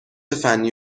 فنی